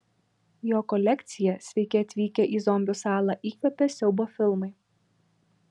jo kolekciją sveiki atvykę į zombių salą įkvėpė siaubo filmai